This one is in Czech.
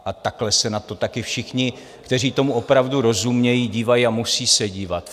A takhle se na to taky všichni, kteří tomu opravdu rozumějí, dívají a musí se dívat.